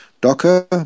Docker